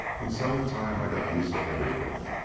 and so in time i got used to everything,